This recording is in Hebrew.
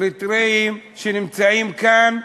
אריתריאים, שנמצאים כאן,